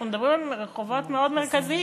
אנחנו מדברים על רחובות מאוד מרכזיים.